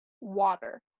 water